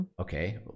Okay